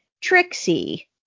Trixie